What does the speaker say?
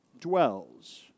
dwells